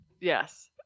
Yes